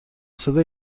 صدا